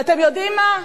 ואתם יודעים מה?